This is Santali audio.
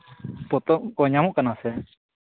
ᱯᱚᱛᱚᱵᱽ ᱠᱚ ᱧᱟᱢᱚᱜ ᱠᱟᱱᱟ ᱥᱮ